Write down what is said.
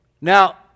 Now